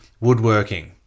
woodworking